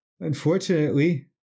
Unfortunately